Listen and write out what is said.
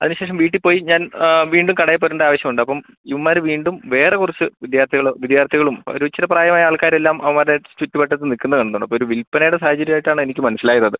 അതിനു ശേഷം വീട്ടിൽ പോയി ഞാൻ വീണ്ടും കടയിൽ വരേണ്ട ആവശ്യമുണ്ട് അപ്പം ഇവന്മാർ വീണ്ടും വേറെ കുറച്ച് വിദ്യാർത്ഥികൾ വിദ്യാർത്ഥികളും ഒരു ഇച്ചിരെ പ്രായവായ ആൾക്കാരുവെല്ലാം അവന്മാരുടെ ചുറ്റു വട്ടത്ത് നിൽക്കുന്നത് കണ്ടിട്ടുണ്ട് അപ്പം ഒരു വിൽപ്പനയുടെ സാഹചര്യമായിട്ടാണെനിക്ക് മനസിലായത് അത്